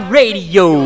Radio